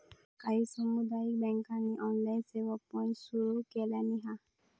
काही सामुदायिक बँकांनी ऑनलाइन सेवा पण सुरू केलानी हा